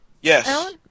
Yes